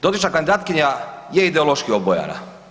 Dotična kandidatkinja je ideološki obojana.